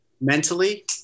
mentally